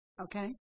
Okay